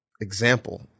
example